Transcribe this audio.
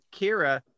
Kira